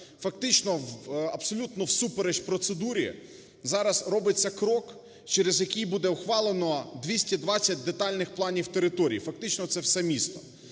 Фактично, абсолютно всупереч процедурі зараз робиться крок, через який буде ухвалено 220 детальних планів територій, фактично це все місто.